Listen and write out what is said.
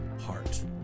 heart